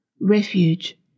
refuge